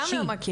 גם לא מכירים.